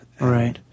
right